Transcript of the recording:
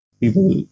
people